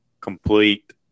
complete